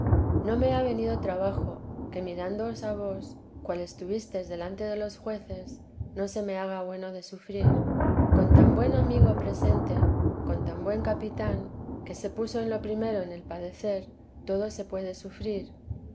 no me ha venido trabajo que mirándoos a vos cual estuvistes delante de los jueces no se me haga bueno de sufrir con tan buen amigo presente con tan buen capí vida dtj la santa madbe tan que se puso en lo primero en el padecer todo se puede sufrir